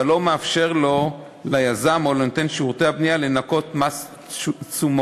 לא מאפשר ליזם או לנותן שירותי הבנייה לנכות מס תשומות.